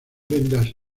vendas